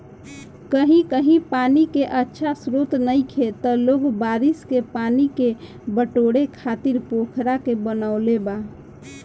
कही कही पानी के अच्छा स्त्रोत नइखे त लोग बारिश के पानी के बटोरे खातिर पोखरा के बनवले बा